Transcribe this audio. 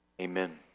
Amen